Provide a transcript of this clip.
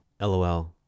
lol